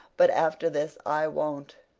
but after this i won't,